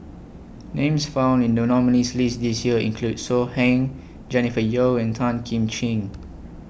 Names found in The nominees' list This Year include So Heng Jennifer Yeo and Tan Kim Ching